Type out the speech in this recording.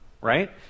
right